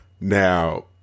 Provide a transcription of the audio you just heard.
Now